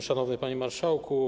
Szanowny Panie Marszałku!